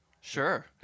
Sure